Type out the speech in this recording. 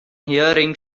hearing